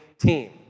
team